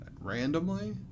randomly